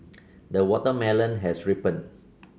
the watermelon has ripened